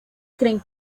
creen